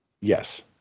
Yes